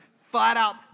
flat-out